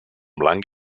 blanc